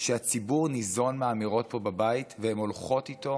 שהציבור ניזון מהאמירות פה בבית, והן הולכות איתו